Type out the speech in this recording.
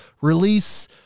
release